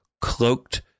cloaked